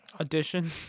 audition